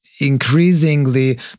increasingly